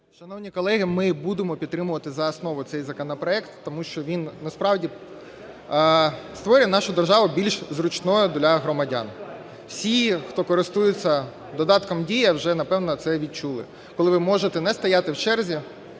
Шановні колеги, ми будемо підтримувати за основу цей законопроект, тому що він насправді створює нашу державу більш зручною для громадян. Всі, хто користуються додатком "Дія", вже, напевне, це відчули, коли ви можете не стояти в черзі,